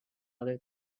other